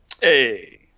Hey